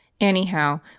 Anyhow